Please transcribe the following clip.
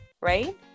right